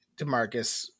Demarcus